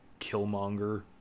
Killmonger